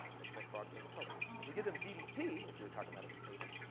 makes my frog change color. if you give them ddt, which we were talking about at the table,